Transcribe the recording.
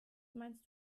meinst